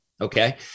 Okay